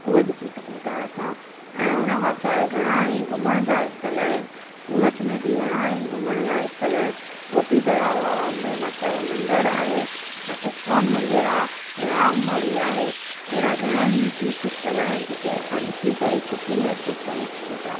उहे ॾिसी सघूं था असां ऐं उन खां सवाइ घणा ई घुमण जा स्थल आहिनि सूरत में बि घणा ई घुमण जा स्थल गोपी तलाउ आहे अंबे माता ओ मंदिर आहे ऐं स्कोन मंदिर आ राममाड़ी आहे अहिड़ा घणा ई तीर्थ स्थल आहिनि जेके असां ॾिसी करे ख़ुशी महिसूसु करे सघूं था